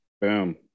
Boom